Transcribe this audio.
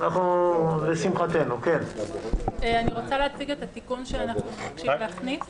אני רוצה להציג את התיקון שאנחנו מבקשים להכניס.